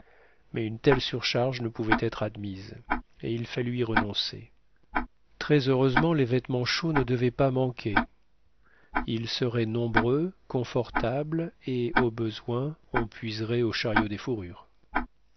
mais une telle surcharge ne pouvait être admise et il fallut y renoncer très heureusement les vêtements chauds ne devaient pas manquer ils seraient nombreux confortables et au besoin on puiserait au chariot des fourrures